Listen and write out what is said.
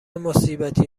مصیبتی